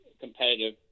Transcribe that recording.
competitive